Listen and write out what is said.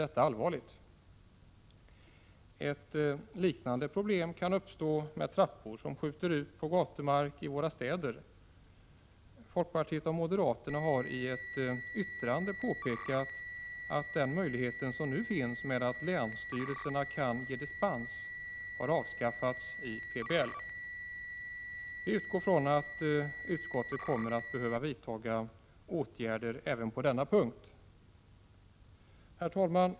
Ett liknande problem kan uppstå med trappor som skjuter ut på gatumark i våra städer. Folkpartiet och moderaterna har i ett yttrande påpekat att den möjlighet som nu finns genom att länsstyrelser kan ge dispens har avskaffats i PBL. Jag utgår ifrån att utskottet kommer att behöva vidta åtgärder även på denna punkt. Herr talman!